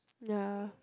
ya